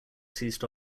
ceased